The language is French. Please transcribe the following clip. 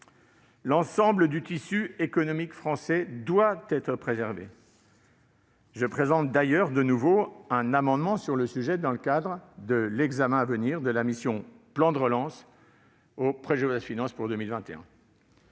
L'ensemble du tissu économique français doit être préservé. Je présenterai d'ailleurs un nouvel amendement sur le sujet dans le cadre de l'examen de la mission « Plan de relance » du PLF pour 2021.